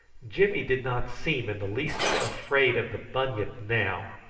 jimmy did not seem in the least afraid of the bunyip now,